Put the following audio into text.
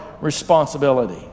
responsibility